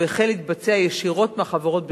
והוא החל להתבצע ישירות מהחברות בחוץ-לארץ.